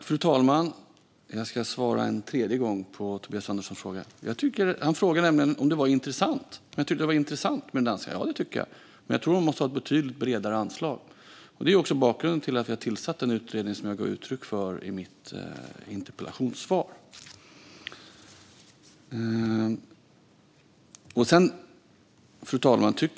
Fru talman! Jag ska svara en tredje gång på Tobias Anderssons fråga. Han frågade nämligen om jag tyckte att det var intressant med det danska förslaget. Ja, det tycker jag. Men jag tror att man måste ha ett betydligt bredare anslag. Det är också bakgrunden till att jag tillsatt en utredning, som jag gav uttryck för i mitt interpellationssvar. Fru talman!